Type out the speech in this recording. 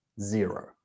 zero